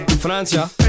Francia